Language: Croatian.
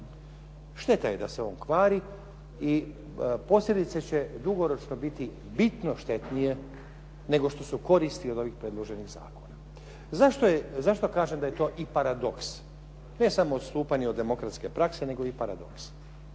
Šteta je da se on kvari i posljedice će dugoročno biti bitno štetnije, nego što su koristi od ovih predloženih zakona. Zašto kažem da je to i paradoks, ne samo odstupanje od demokratske prakse, nego i paradoks.